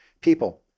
people